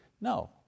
No